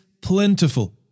plentiful